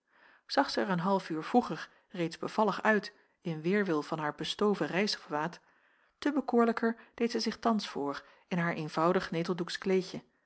zij er een half uur vroeger reeds bevallig uit in weêrwil van haar bestoven reisgewaad te bekoorlijker deed zij zich thans voor in haar eenvoudig neteldoeksch kleedje